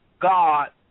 God